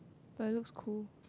but it looks cool